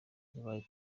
yabaye